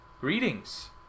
Greetings